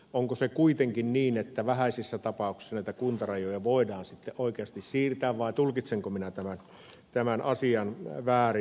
onko se kuitenkin niin että vähäisissä tapauksissa näitä kuntarajoja voidaan sitten oikeasti siirtää vai tulkitsenko minä tämän asian väärin